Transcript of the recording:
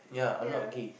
yeah